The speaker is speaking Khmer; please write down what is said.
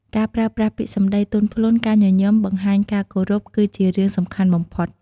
ការប្រើប្រាស់ពាក្យសម្ដីទន់ភ្លន់ ការញញឹម បង្ហាញការគោរព គឺជារឿងសំខាន់បំផុត។